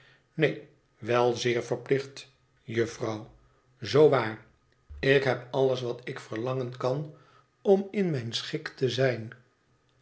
neen wel zeer verplicht jufvrouw zoo waar ik heb alles wat ik verlangen kan om in mij n schik te zij